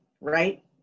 right